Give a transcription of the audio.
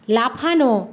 লাফানো